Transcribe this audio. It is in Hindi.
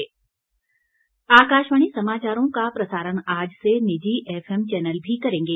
एफएम चैनल आकाशवाणी समाचारों का प्रसारण आज से निजी एफएम चैनल भी करेंगे